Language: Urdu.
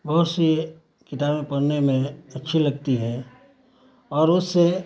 بہت سی کتابیں پڑھنے میں اچھی لگتی ہیں اور اس سے